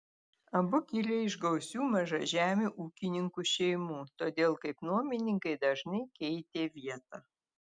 abu kilę iš gausių mažažemių ūkininkų šeimų todėl kaip nuomininkai dažnai keitė vietą